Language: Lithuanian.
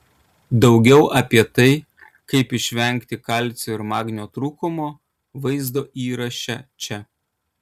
daugiau apie tai kaip išvengti kalcio ir magnio trūkumo vaizdo įraše čia